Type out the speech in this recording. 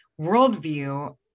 worldview